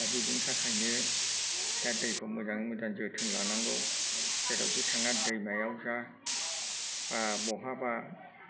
दा बिदिनि थाखायनो दा दैखौ मोजाङै मोजां जोथोन लानांगौ जेरावखि थाङा दैमायाव जा बा बहाबा